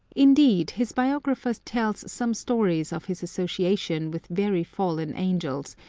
indeed, his biographer tells some stories of his association with very fallen angels,